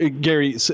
Gary